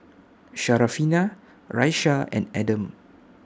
Syarafina Raisya and Adam